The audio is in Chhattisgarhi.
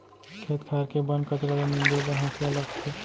खेत खार के बन कचरा ल नींदे बर हँसिया लागथे